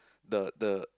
the the